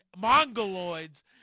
mongoloids